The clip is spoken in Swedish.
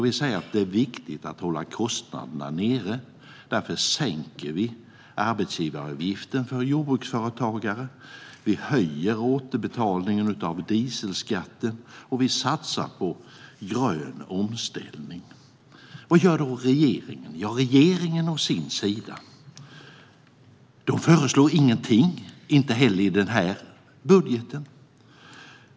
Vi säger att det är viktigt att hålla kostnaderna nere - därför sänker vi arbetsgivaravgiften för jordbruksföretagare. Vi höjer återbetalningen av dieselskatten, och vi satsar på grön omställning. Vad gör då regeringen? Regeringen, å sin sida, föreslår ingenting, inte heller i den här budgeten.